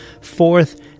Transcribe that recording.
Fourth